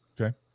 Okay